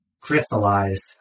crystallized